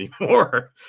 anymore